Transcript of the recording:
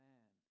Man